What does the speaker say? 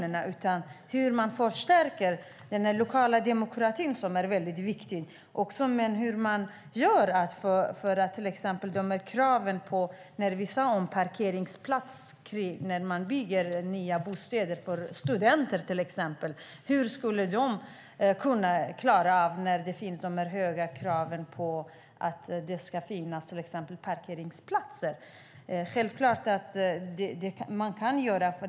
Det handlar om hur man förstärker den lokala demokratin, som är väldigt viktig. Det handlar om hur man gör till exempel när det gäller krav på parkeringsplatser, som vi nämnde, när det ska byggas nya bostäder för studenter. Hur ska de kunna klara av detta när det finns höga krav på att det ska finnas parkeringsplatser? Självklart kan man göra något.